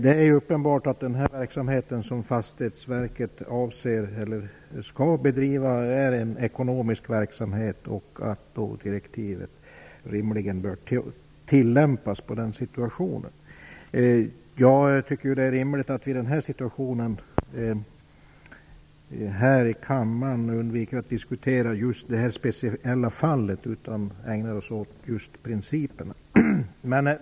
Det är uppenbart att den verksamhet som Statens fastighetsverk skall bedriva är en ekonomisk verksamhet och att direktivet därmed rimligen bör tillämpas i den situationen. Det är rimligt att vi här i kammaren undviker att diskutera det här specifika fallet och i stället ägnar oss åt principerna.